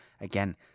again